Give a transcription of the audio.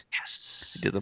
Yes